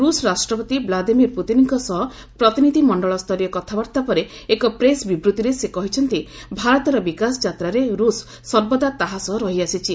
ରୁଷ୍ ରାଷ୍ଟ୍ରପତି ବ୍ଲାଦିମିର୍ ପୁତିନ୍ଙ୍କ ସହ ପ୍ରତିନିଧି ମଣ୍ଡଳସ୍ତରୀୟ କଥାବାର୍ତ୍ତା ପରେ ଏକ ପ୍ରେସ୍ ବିବୃଭିରେ ସେ କହିଛନ୍ତି ଭାରତର ବିକାଶ ଯାତ୍ରାରେ ରୁଷ୍ ସର୍ବଦା ତାହା ସହ ରହିଆସିଛି